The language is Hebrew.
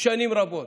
בנגב שנים רבות.